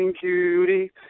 cutie